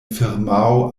firmao